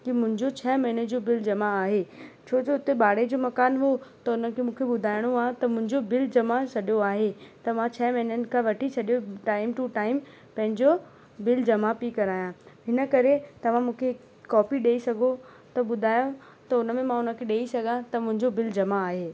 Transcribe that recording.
की मुंंहिंजो छह महीने जो बिल जमा आहे छोजो उते भाड़े जो मकानु हुओ त हुन जो मूंखे ॿुधाइणो आहे त मुंहिंजो बिल जमा सॼो आहे त मां छह महीननि खां वठी सॼो टाइम टू टाइम पंहिंजो बिल जमा बि करायां हिन करे तव्हां मूंखे कॉपी ॾेई सघो त ॿुधायो त हुन में मां हुन खे ॾेई सघां त मुंहिंजो बिल जमा आहे